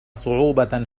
صعوبة